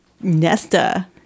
Nesta